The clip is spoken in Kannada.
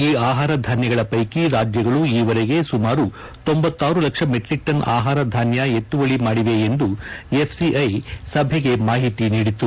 ಈ ಆಹಾರಧಾನ್ಯಗಳ ಪೈಕಿ ರಾಜ್ಯಗಳು ಈವರೆಗೆ ಸುಮಾರು ಲಕ್ಷ ಮೆಟ್ರಕ್ಟನ್ ಆಹಾರಧಾನ್ಯ ಎತ್ತವಳ ಮಾಡಿವೆ ಎಂದು ಎಫ್ಸಿಐ ಸಭೆಗೆ ಮಾಹಿತಿ ನೀಡಿತು